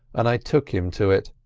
and i took him to it.